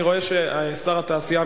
אני רואה ששר התעשייה,